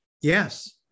yes